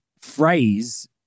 phrase